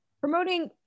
promoting